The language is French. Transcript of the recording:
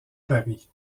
paris